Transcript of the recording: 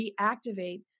reactivate